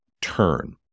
turn